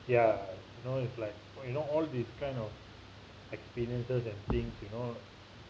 ya you know it's like you know all these kind of experiences and things you know